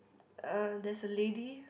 uh there is a lady